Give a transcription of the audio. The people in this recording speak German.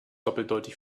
doppeldeutig